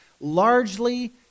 largely